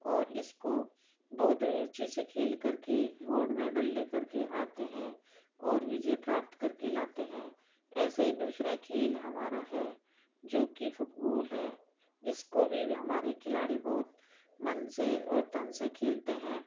और इसको बहुत रुचि से खेल कर के गोल्ड मेडल लेकर के आते हैं और विजय प्राप्त करके लाते हैं ऐसे ही दूसरा खेल हमारा है जो की फुटबॉल है इसको भी वे हमारे खिलाड़ी बहुत मन से और तन से खेलते हैं